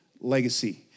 legacy